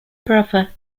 brother